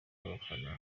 abafana